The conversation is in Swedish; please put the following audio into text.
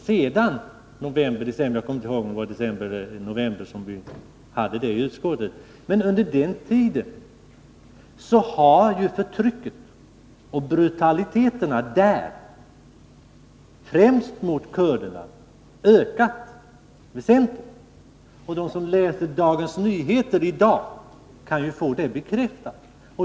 Sedan november-december — jag kommer inte ihåg om det var i november eller i december som vi hade frågan uppe i utskottet — har förtrycket och brutaliteterna där, främst mot kurderna, ökat väsentligt. De som läser Dagens Nyheter i dag kan få det bekräftat.